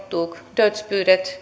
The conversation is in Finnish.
dödsbudet